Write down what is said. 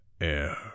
air